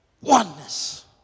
oneness